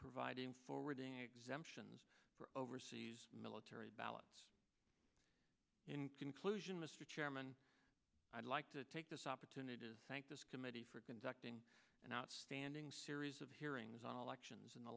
providing forwarding exemptions for overseas military ballots in conclusion mr chairman i'd like to take this opportunity to thank this committee for conducting an outstanding series of hearings on elections in the